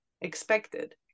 expected